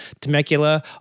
Temecula